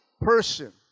person